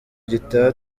gitaha